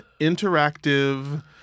interactive